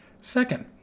Second